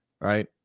right